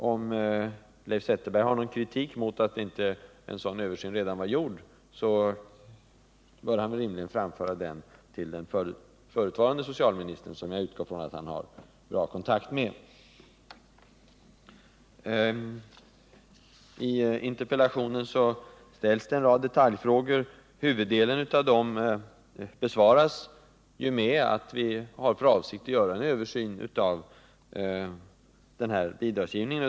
Om Leif Zetterberg har någon kritik mot att en sådan översyn inte redan var gjord, bör han rimligen framföra den till den förutvarande socialministern, som jag utgår från att han har bra kontakt med. I interpellationen ställs en rad detaljfrågor. Huvuddelen av dem besvaras med att vi har för avsikt att göra en översyn av bidragsgivningen.